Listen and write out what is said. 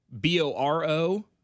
b-o-r-o